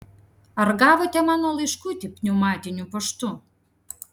ar gavote mano laiškutį pneumatiniu paštu